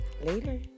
later